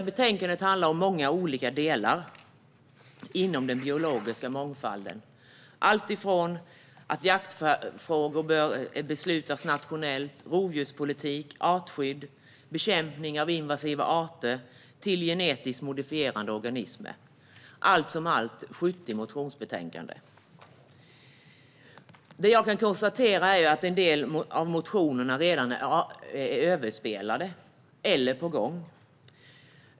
Betänkandet behandlar många olika delar inom den biologiska mångfalden, alltifrån att jaktfrågor bör beslutas om nationellt till rovdjurspolitik, artskydd, bekämpning av invasiva arter och genetiskt modifierade organismer. Allt som allt innehåller det 70 motioner. Jag kan konstatera att en del av motionerna redan är överspelade eller är på gång.